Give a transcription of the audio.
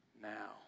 Now